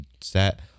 set